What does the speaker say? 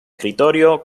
escritorio